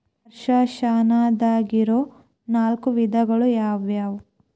ವರ್ಷಾಶನದಾಗಿರೊ ನಾಲ್ಕು ವಿಧಗಳು ಯಾವ್ಯಾವು?